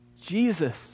Jesus